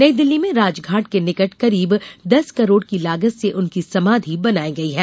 नईदिल्ली में राजघाट के निकट करीब दस करोड़ की लागत से उनकी समाधि बनाई गई है